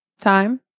time